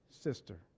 sister